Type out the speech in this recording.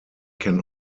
can